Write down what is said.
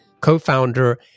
co-founder